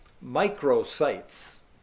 micro-sites